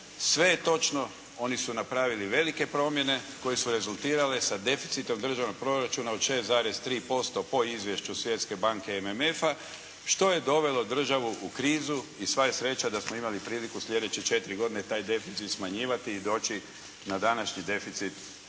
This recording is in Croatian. Sve je točno. Oni su napravili velike promjene koje su rezultirale sa deficitom državnog proračuna od 6,3% po izvješću Svjetske banke i MMF-a što je dovelo državu u krizu i sva je sreća da smo imali priliku slijedeće četiri godine taj deficit smanjivati i doći na današnji deficit